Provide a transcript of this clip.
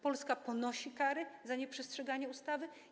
Polska ponosi kary za nieprzestrzeganie ustawy.